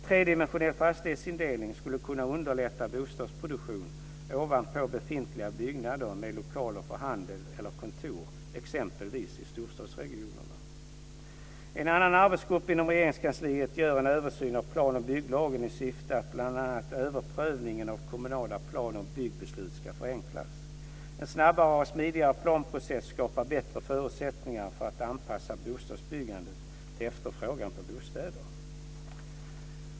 Tredimensionell fastighetsindelning skulle kunna underlätta bostadsproduktion ovanpå befintliga byggnader med lokaler för handel eller kontor exempelvis i storstadsregionerna. En annan arbetsgrupp inom Regeringskansliet gör en översyn av plan och bygglagen i syfte att bl.a. överprövningen av kommunala plan och byggbeslut ska förenklas. En snabbare och smidigare planprocess skapar bättre förutsättningar för att anpassa bostadsbyggandet till efterfrågan på bostäder.